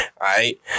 right